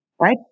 right